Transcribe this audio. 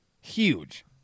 Huge